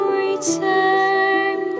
return